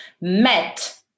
met